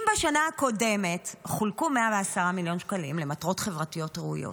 אם בשנה הקודמת חולקו 110 מיליון שקלים למטרות חברתיות ראויות,